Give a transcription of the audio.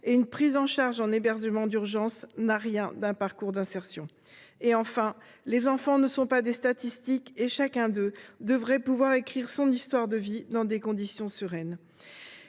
et une prise en charge en hébergement d’urgence n’a rien d’un parcours d’insertion. Troisièmement, les enfants ne sont pas des statistiques, et chacun d’eux devrait pouvoir écrire son histoire de vie dans des conditions sereines.